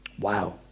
Wow